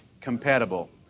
compatible